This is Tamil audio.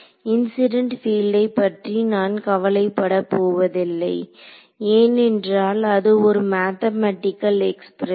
இன்சிடென்ட் பீல்டை பற்றி நான் கவலைப்படப் போவதில்லை ஏனென்றால் அது ஒரு மேத்தமேட்டிக்கல் எக்ஸ்பிரஷன்